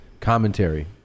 commentary